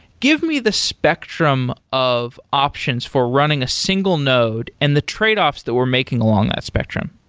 give me the spectrum of options for running a single node and the tradeoffs that we're making along that spectrum.